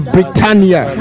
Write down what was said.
Britannia